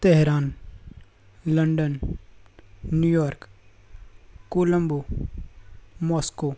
Tehran London New York Colombo Moscow